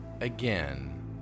Again